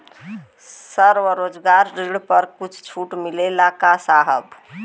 स्वरोजगार ऋण पर कुछ छूट मिलेला का साहब?